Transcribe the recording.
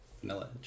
vanilla